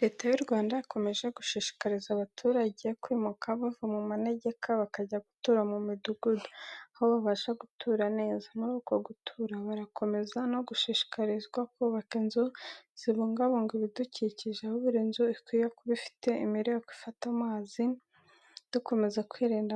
Leta y’u Rwanda ikomeje gushishikariza abaturage kwimuka bava mu manegeka bakajya gutura mu midugudu, aho babasha gutura neza. Muri uko gutura, barakomeza no gushishikarizwa kubaka inzu zibungabunga ibidukikije, aho buri nzu ikwiye kuba ifite imireko ifata amazi, dukomeza kwirinda